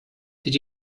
did